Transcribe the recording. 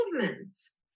movements